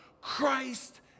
Christ